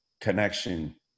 connection